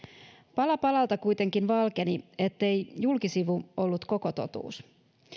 pala palalta kuitenkin valkeni ettei julkisivu ollut koko totuus